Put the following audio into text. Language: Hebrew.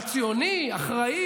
שקוראים לאלימות,